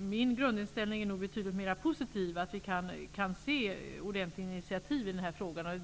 Min grundinställning är betydligt mer positiv än Gudrun Norbergs. Jag kan se ordentliga initiativ i denna fråga.